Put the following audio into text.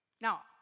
Now